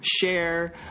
share